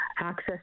access